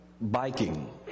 biking